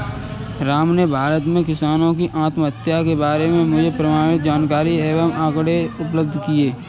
राम ने भारत में किसानों की आत्महत्या के बारे में मुझे प्रमाणित जानकारी एवं आंकड़े उपलब्ध किये